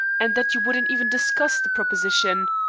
and that you wouldn't even discuss the proposition.